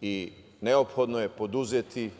i neophodno je preduzeti